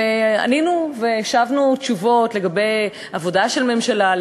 וענינו והשבנו תשובות על העבודה של ממשלה,